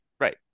right